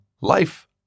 life